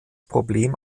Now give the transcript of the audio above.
problem